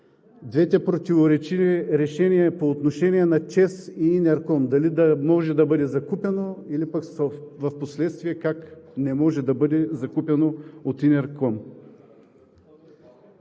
Двете противоречиви решения по отношение на ЧЕЗ и „Инерком“ – дали да може да бъде закупено, или пък в последствие, как не може да бъде закупено от „Инерком“.